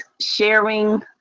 sharing